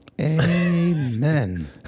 Amen